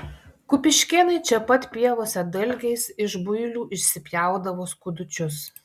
kupiškėnai čia pat pievose dalgiais iš builių išsipjaudavo skudučius